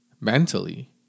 mentally